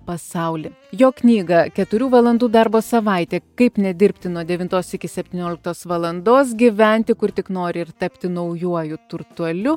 pasaulį jo knygą keturių valandų darbo savaitė kaip nedirbti nuo devintos iki septynioliktos valandos gyventi kur tik nori ir tapti naujuoju turtuoliu